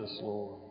Lord